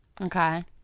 Okay